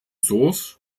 source